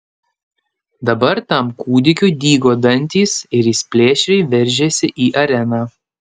dabar tam kūdikiui dygo dantys ir jis plėšriai veržėsi į areną